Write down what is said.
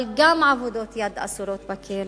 אבל גם עבודות היד אסורות בכלא.